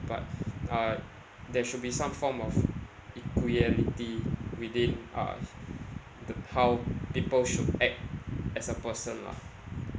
but uh there should be some form of equality within uh the how people should act as a person lah